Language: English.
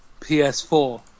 PS4